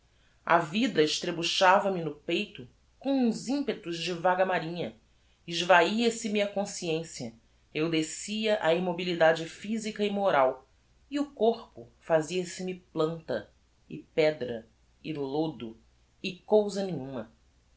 a vida estrebuchava me no peito com uns impetos de vaga marinha esvaia se me a consciencia eu descia á immobilidade physica e moral e o corpo fazia se me planta e pedra e lodo e cousa nenhuma